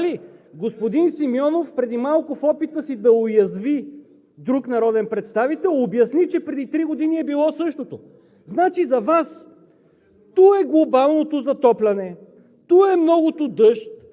Вярно. КРУМ ЗАРКОВ: Вярно?! Така ли?! Господин Симеонов преди малко в опита си да уязви друг народен представител обясни, че преди три години било същото. Значи за Вас